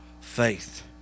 faith